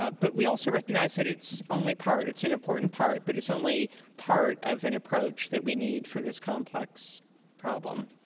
ah but we also recognize that it's only part it's an important part but it's only part of an approach that we need for this complex problem.